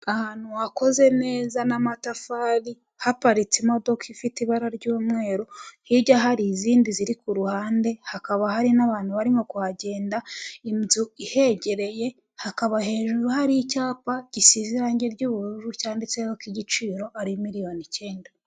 Ahantu hakoze neza n'amatafari haparitse imodoka ifite ibara ry'umweru, hirya hari izindi ziri ku ruhande, hakaba hari n'abantu barimo kuhagenda. Inzu ihegereye, hakaba hejuru hari icyapa gisize irangi ry'ubururu cyanditseho ko igiciro ari miliyoni icyenda.